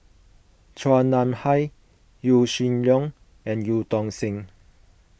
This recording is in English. Chua Nam Hai Yaw Shin Leong and Eu Tong Sen